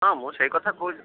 ହଁ ମୁଁ ସେଇ କଥା କହୁଛି